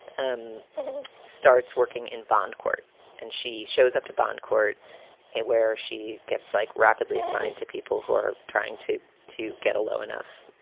um starts working in bond court and she shows up to bond court where she gets like rapidly assigned to people who are trying to to get a low enough